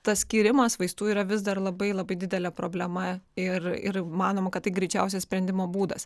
tas skyrimas vaistų yra vis dar labai labai didelė problema ir ir manoma kad tai greičiausias sprendimo būdas